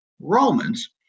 Romans